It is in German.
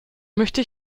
möchte